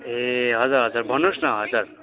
ए हजुर हजुर भन्नुहोस् न हजुर